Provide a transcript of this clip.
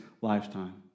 lifetime